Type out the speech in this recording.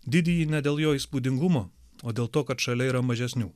didįjį ne dėl jo įspūdingumo o dėl to kad šalia yra mažesnių